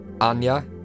Anya